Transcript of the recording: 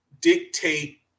dictate